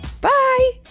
Bye